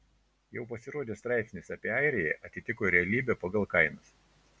jau pasirodęs straipsnis apie airiją atitiko realybę pagal kainas